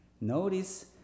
Notice